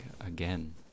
again